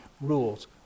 rules